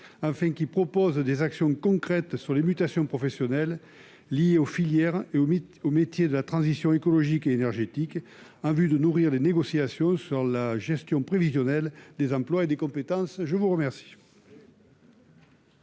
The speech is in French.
afin qu'ils proposent des actions concrètes sur les mutations professionnelles liées aux filières, et au mythe aux métiers de la transition écologique et énergétique à vue de nourrir les négociations sur la gestion prévisionnelle des emplois et des compétences, je vous remercie.